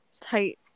tight